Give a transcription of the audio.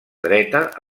dreta